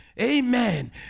Amen